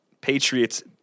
Patriots